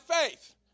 faith